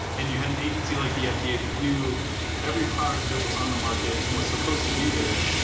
and you had an agency like the fda that knew every product that was on the market and was supposed to be there.